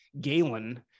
Galen